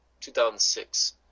2006